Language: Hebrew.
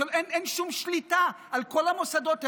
שאין שום שליטה על כל המוסדות האלה.